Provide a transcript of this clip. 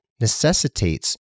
necessitates